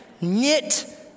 knit